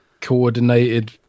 coordinated